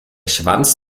schwanz